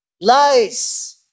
lies